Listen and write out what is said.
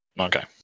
Okay